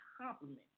compliment